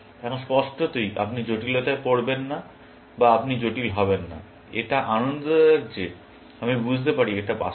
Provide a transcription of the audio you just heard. এখন স্পষ্টতই আপনি জটিলতায় পড়তে পারবেন না বা আপনি জটিল হবেন না এটা আনন্দদায়ক যে আমি বুঝতে পারি এটি বাস্তব